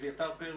אביתר פרץ,